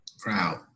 Proud